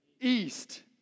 East